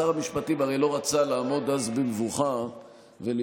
שר המשפטים הרי לא רצה לעמוד אז במבוכה ולהיות